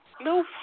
No